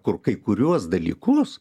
kur kai kuriuos dalykus